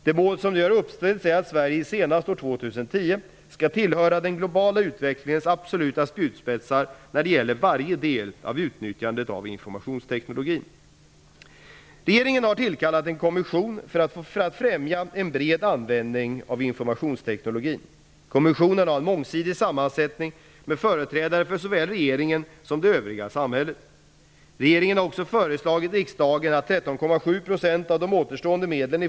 Det mål som nu har uppställts är att Sverige senast år 2010 skall tillhöra den globala utvecklingens absoluta spjutspetsar när det gäller varje del av utnyttjandet av informationsteknologin. Regeringen har tillkallat en kommission för att främja en bred användning av informationsteknologin. Kommissionen har en mångsidig sammansättning med företrädare för såväl regeringen som det övriga samhället. Regeringen har också föreslagit riksdagen (prop.